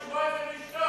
איך אפשר לשמוע ולשתוק?